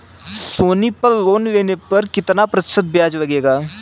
सोनी पल लोन लेने पर कितने प्रतिशत ब्याज लगेगा?